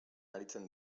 aritzen